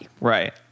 Right